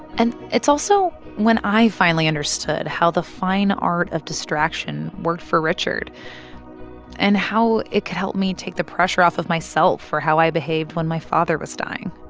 and it's also when i finally understood how the fine art of distraction worked for richard and how it could help me take the pressure off of myself for how i behaved when my father was dying